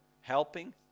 helping